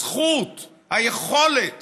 הזכות, היכולת